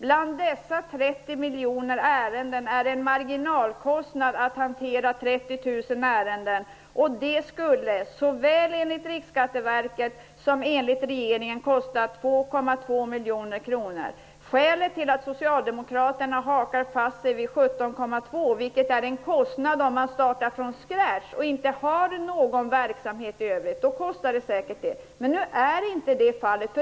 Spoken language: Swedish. Bland dessa 30 miljoner ärenden är det fråga om en marginalkostnad att hantera 30 000 ärenden. Såväl enligt Riksskatteverket som enligt regeringen skulle det kosta 2,2 miljoner kronor. Socialdemokraterna hakar upp sig på en kostnad på 17,2 miljoner. Det är den kostnad som skulle uppstå om man startade från scratch. Om man inte har någon verksamhet i övrigt blir kostnaden säkert så stor. Så är emellertid inte fallet.